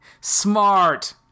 Smart